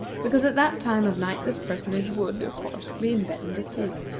because at that time of night this personage would, of course, be in bed and asleep.